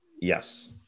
Yes